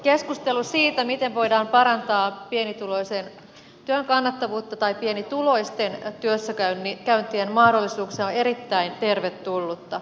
keskustelu siitä miten voidaan parantaa pienituloisen työn kannattavuutta tai pienituloisten työssäkäynnin mahdollisuuksia on erittäin tervetullutta